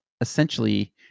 essentially